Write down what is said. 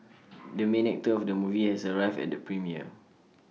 the main actor of the movie has arrived at the premiere